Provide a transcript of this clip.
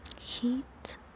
heat